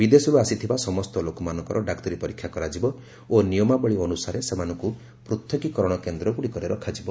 ବିଦେଶରୁ ଆସିଥିବା ସମସ୍ତ ଲୋକମାନଙ୍କର ଡାକ୍ତରୀ ପରୀକ୍ଷା କରାଯିବ ଓ ନିୟମାବଳୀ ଅନୁସାରେ ସେମାନଙ୍କୁ ପୃଥକୀକରଣ କେନ୍ଦ୍ରଗୁଡ଼ିକରେ ରଖାଯିବ